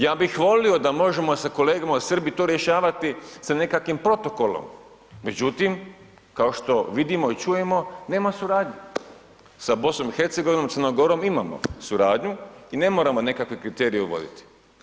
Ja bih volio da možemo sa kolegama u Srbiji to rješavati sa nekakvim protokolom, međutim, kao što vidimo i čujemo nema suradnje, sa BiH, Crnom Gorom imamo suradnju i ne moramo nekakve kriterije uvoditi.